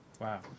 Wow